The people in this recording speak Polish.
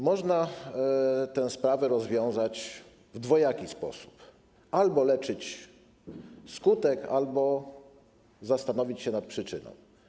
Można tę sprawę rozwiązać w dwojaki sposób: albo leczyć skutek, albo zastanowić się nad przyczyną.